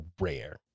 rare